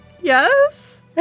yes